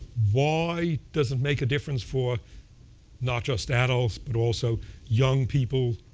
why does it make a difference for not just adults but also young people,